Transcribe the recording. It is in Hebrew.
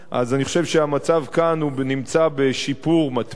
אני חושב שהמצב כאן הוא בשיפור מתמיד.